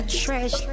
trash